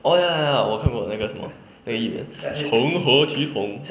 orh ya ya ya 我看过那个什么那个议员成何体统